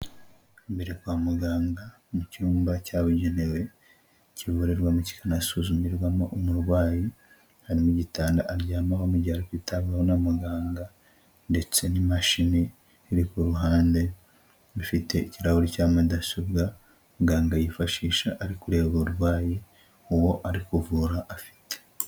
Imbere kwa muganga mu cyumba cyabugenewe kivurirwamo kikanasuzumirwamo umurwayi, ari mu gitanda aryamaho mu gihe ari kwitabwaho n'umuganga, ndetse n'imashini iri ku ruhande rufite ikirahuri cya mudasobwa muganga yifashisha ari kureba uburwayi uwo ari kuvura afite.